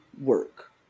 work